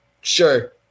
sure